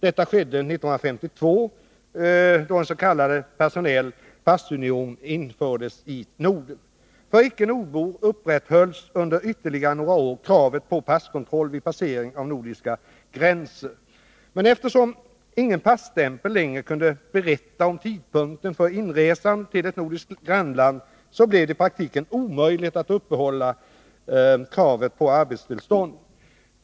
Detta skedde år 1952, då en s.k. personell passunion infördes i Norden. För icke-nordbor upprätthölls under ytterligare några år kravet på passkontroll vid passering av nordiska gränser. Eftersom ingen passtämpel längre kunde berätta om tidpunkten för inresan till ett nordiskt grannland, blev det i praktiken omöjligt att upprätthålla kravet på arbetstillstånd.